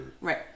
right